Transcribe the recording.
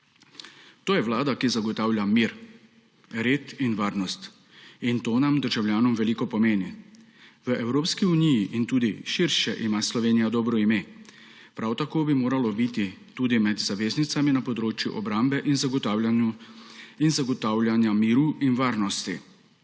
To je vlada, ki zagotavlja mir, red in varnost, in to nam državljanom veliko pomeni. V Evropski uniji in tudi širše ima Slovenija dobro ime. Prav tako bi moralo biti tudi med zaveznicami na področju obrambe in zagotavljanja miru in varnosti.